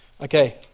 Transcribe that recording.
Okay